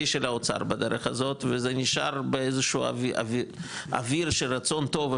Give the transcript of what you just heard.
של האוצר בדרך הזאת וזה נשאר באיזשהו אוויר של רצון טוב,